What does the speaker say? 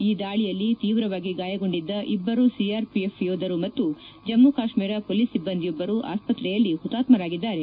ಈ ದಾಳಿಯಲ್ಲಿ ತ್ರೀವ್ರವಾಗಿ ಗಾಯಗೊಂಡಿದ್ದ ಇಬ್ಬರು ಸಿಆರ್ಪಿಎಫ್ ಯೋಧರು ಮತ್ತು ಜಮ್ಗು ಕಾಶ್ಸೀರ ಪೊಲೀಸ್ ಒಬ್ಲಂದಿಯೊಬ್ಲರು ಆಸ್ಪತ್ರೆಯಲ್ಲಿ ಹುತಾತ್ಸರಾಗಿದ್ದಾರೆ